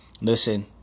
listen